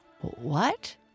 What